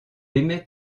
aimais